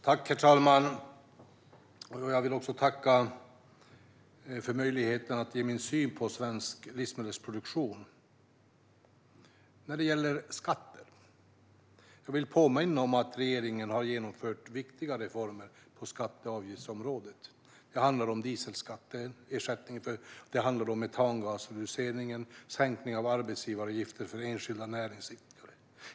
Herr talman! Jag vill tacka för möjligheten att ge min syn på svensk livsmedelsproduktion. När det gäller skatter vill jag påminna om att regeringen har genomfört viktiga reformer på skatte och avgiftsområdet. Det handlar om dieselskatten, metangasreducering, sänkning av arbetsgivaravgiften för enskilda näringsidkare.